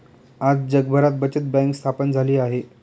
आज जगभरात बचत बँक स्थापन झाली आहे